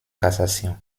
cassation